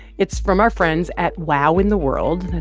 it's from our friends at wow in the world.